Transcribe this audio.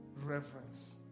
reverence